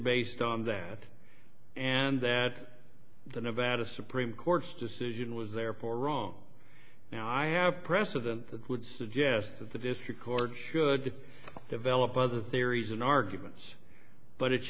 based on that and that the nevada supreme court's decision was therefore wrong now i have precedent that would suggest that the district court should develop other theories in arguments but it's